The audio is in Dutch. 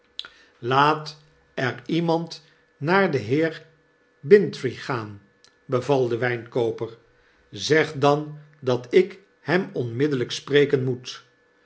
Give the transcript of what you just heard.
laat er iemand naar den heer bintrey gaan beval de wijnkooper zeg dan dat ik hem onmiddellijk spreken moet